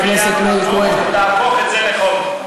תהפוך את זה לחוק.